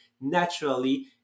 naturally